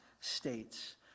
states